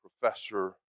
professor